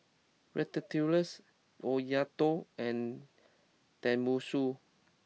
Ratatouille's Oyakodon and Tenmusu